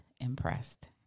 impressed